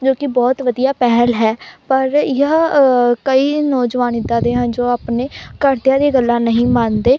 ਜੋ ਕਿ ਬਹੁਤ ਵਧੀਆ ਪਹਿਲ ਹੈ ਪਰ ਇਹ ਕਈ ਨੌਜਵਾਨ ਇੱਦਾਂ ਦੇ ਹਨ ਜੋ ਆਪਣੇ ਘਰਦਿਆਂ ਦੀਆਂ ਗੱਲਾਂ ਨਹੀਂ ਮੰਨਦੇ